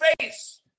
face